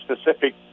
specific